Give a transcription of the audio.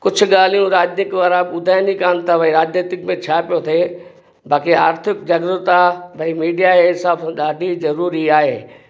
कुझु ॻाल्हियूं राजनीति वारा ॿुधाइनि ई कान था भई राजनीतिक में छा थो थिए बाक़ी आर्थिक ज़रूरत आहे भई मीडिया जे हिसाबु ॾाढी ज़रूरी आहे